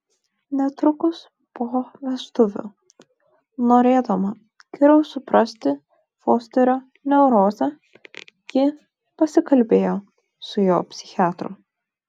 netrukus po vestuvių norėdama geriau suprasti fosterio neurozę ji pasikalbėjo su jo psichiatru